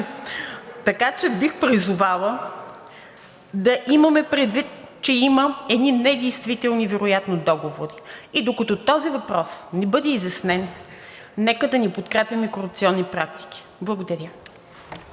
Така че бих призовала да имаме предвид, че има вероятно едни недействителни договори и докато този въпрос не бъде изяснен, нека да не подкрепяме корупционни практики. Благодаря.